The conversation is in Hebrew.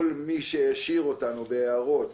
כל מי שהעשיר אותנו בהערות